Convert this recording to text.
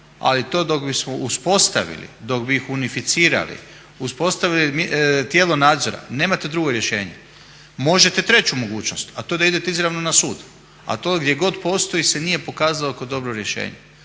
ali to dok bismo uspostavili, dok bi ih unificirali, uspostavili tijelo nadzora, nemate drugo rješenje. Možete treću mogućnost a to je da idete izravno na sud. A to gdje god postoji se nije pokazalo kao dobro rješenje.